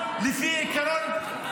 אתה יודע שזה לא נכון.